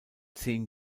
zehn